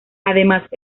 además